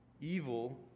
Evil